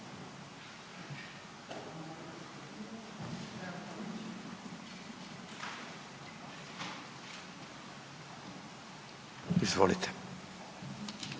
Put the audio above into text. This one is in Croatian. Izvolite.